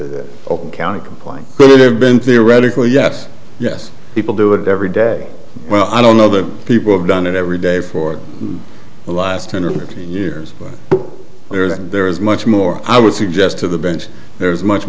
it open counted compline have been theoretically yes yes people do it every day well i don't know that people have done it every day for the last ten or fifteen years but there than there is much more i would suggest to the bent there's much